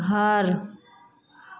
घर